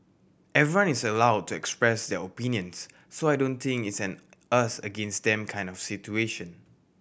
everyone is allowed to express their opinions so I don't think it's an us against them kind of situation